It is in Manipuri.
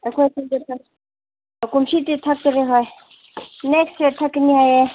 ꯑꯩꯈꯣꯏ ꯁꯤꯗ ꯀꯨꯝꯁꯤꯗꯤ ꯊꯛꯇꯔꯦ ꯍꯣꯏ ꯅꯦꯛꯁ ꯏꯌꯔ ꯊꯛꯀꯅꯤ ꯍꯥꯏꯌꯦ